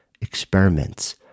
experiments